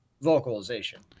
vocalization